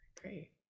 Great